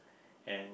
and